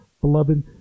beloved